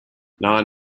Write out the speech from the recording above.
non